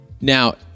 Now